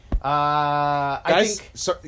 Guys